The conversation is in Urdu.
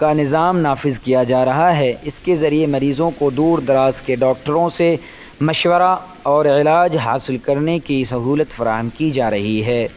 کا نظام نافذ کیا جا رہا ہے اس کے ذریعے مریضوں کو دور دراز کے ڈاکٹروں سے مشورہ اور علاج حاصل کرنے کی سہولت فراہم کی جا رہی ہے